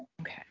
Okay